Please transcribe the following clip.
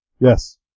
Yes